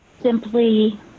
simply